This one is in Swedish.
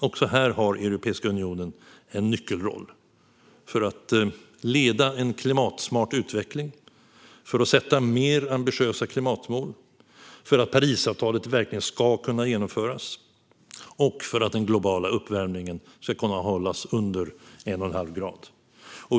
Också här har Europeiska unionen en nyckelroll i att leda en klimatsmart utveckling och sätta mer ambitiösa klimatmål samt för att Parisavtalet verkligen ska kunna genomföras och den globala uppvärmningen hållas under 1,5 grader.